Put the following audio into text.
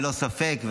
ללא ספק,